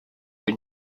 were